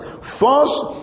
first